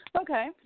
Okay